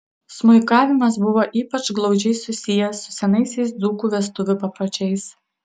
smuikavimas buvo ypač glaudžiai susijęs su senaisiais dzūkų vestuvių papročiais